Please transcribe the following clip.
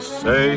say